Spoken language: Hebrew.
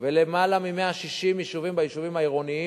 ולמעלה מ-160 יישובים עירוניים,